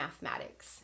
mathematics